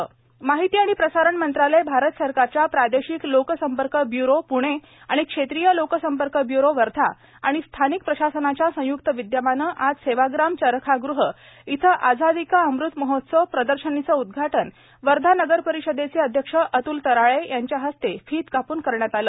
आझादी का अमृत महोत्सव माहिती आणि प्रसारण मंत्रालय भारत सरकारच्या प्रादेशिक लोक सम्पर्क ब्युरो पुणे आणि क्षेत्रीय लोक सम्पर्क ब्यूरो वर्धा आणि स्थानिक प्रशासनच्या संयुक्त विद्यमाने आज सेवाग्राम सेवाग्राम चरखागृह येथे आझादी का अमृत महोत्सव प्रदर्शनीचे उद्वाटन वर्धा नगरपरिषदेचे अध्यक्ष अतुल तराळे यांच्या हस्ते फित कापून करण्यात आले